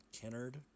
Kennard